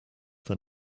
than